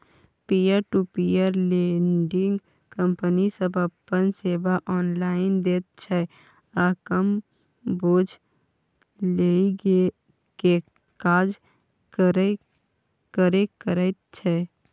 peer to peer lending company सब अपन सेवा ऑनलाइन दैत छै आ कम बोझ लेइ के काज करे करैत छै